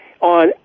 On